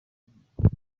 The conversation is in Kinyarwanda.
igikombe